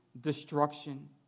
destruction